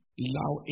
allow